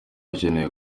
akeneye